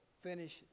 finish